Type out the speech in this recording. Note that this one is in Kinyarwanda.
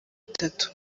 itatu